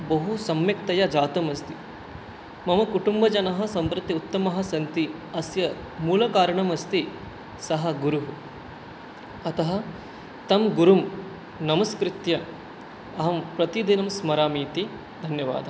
बहुसम्यक्तया जातः अस्ति मम कुटुम्बजनाः सम्प्रति उत्तमः सन्ति अस्य मूलकारणमस्ति सः गुरुः अतः तं गुरुं नमस्कृत्य अहं प्रतिदिनं स्मरामीति धन्यवादः